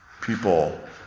people